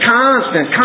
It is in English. constant